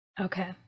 Okay